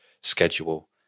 schedule